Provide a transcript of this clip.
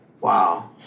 Wow